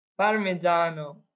parmigiano